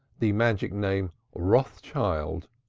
the magic name, rothschild,